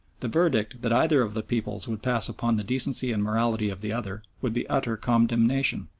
the verdict that either of the peoples would pass upon the decency and morality of the other, would be utter condemnation.